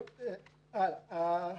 נכון.